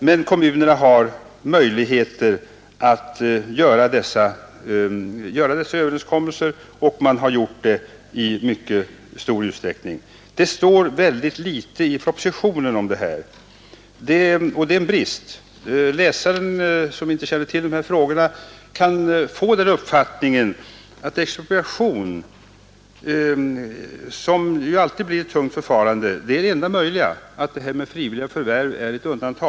Men kommunerna har möjligheter att träffa överenskommelser, och det har skett i mycket stor utsträckning. Det står ytterst litet i propositionen om detta, och det är en brist. Den läsare som inte känner till dessa frågor kan få den uppfattningen att expropriation, som ju alltid blir ett tungt förfarande, är det enda möjliga och att frivilliga förvärv är undantag.